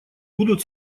будут